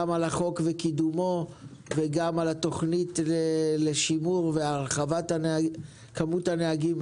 גם על החוק וקידומו וגם על התוכנית לשימור ולהרחבת מספר הנהגים,